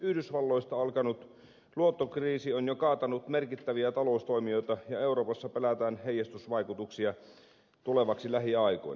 yhdysvalloista alkanut luottokriisi on jo kaatanut merkittäviä taloustoimijoita ja euroopassa pelätään heijastusvaikutuksia tulevaksi lähiaikoina